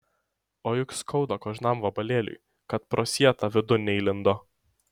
o juk skauda kožnam vabalėliui kad pro sietą vidun neįlindo